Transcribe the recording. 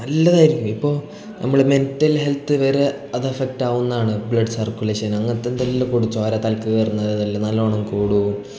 നല്ലതായിരിക്കും ഇപ്പോൾ നമ്മൾ മെൻ്റൽ ഹെൽത്ത് വരെ അത് അഫക്റ്റാവുന്നതാണ് ബ്ലെഡ് സർക്കുലേഷൻ അങ്ങനത്തെ എന്തെല്ലാം കുടിച്ച് ചോര തലക്ക് കയറുന്ന അതെല്ലാം നല്ലോണം കൂടും